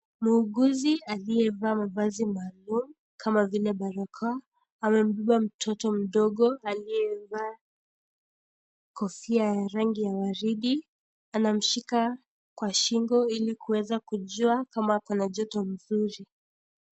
Muuguzi aliyevaa mavazi maalum, kama vile balakoa, amembeba mtoto mdogo aliyevaa kofia ya rangi ya waridi. Anamshika kwa shingo ili kuweza kujua kama ako na joto mzuri.